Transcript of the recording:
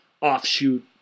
offshoot